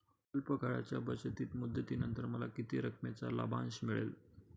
अल्प काळाच्या बचतीच्या मुदतीनंतर मला किती रकमेचा लाभांश मिळेल?